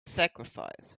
sacrifice